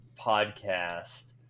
podcast